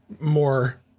more